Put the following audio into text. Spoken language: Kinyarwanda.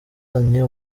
yazanye